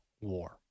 war